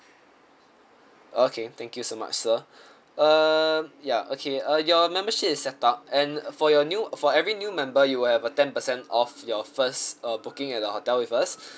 okay thank you so much sir uh ya okay uh your membership is setup and for your new uh for every new member you will have a ten percent off your first uh booking at the hotel with us